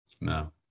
No